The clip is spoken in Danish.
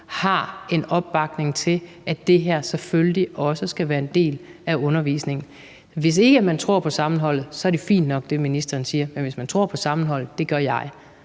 har en opbakning til, at det her selvfølgelig også skal være en del af undervisningen. Hvis ikke man tror på sammenholdet, er det fint nok, hvad ministeren siger, men hvis man tror på sammenholdet – det gør jeg,